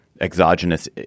exogenous